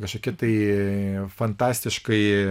kažkokie tai fantastiškai